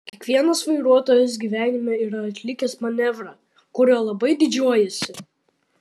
kiekvienas vairuotojas gyvenime yra atlikęs manevrą kuriuo labai didžiuojasi